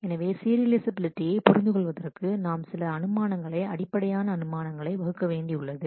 எனவே சீரியலைஃசபிலிட்டியை புரிந்துகொள்வதற்கு நாம் சில அனுமானங்களை அடிப்படையான அனுமானங்களை வகுக்க வேண்டியுள்ளது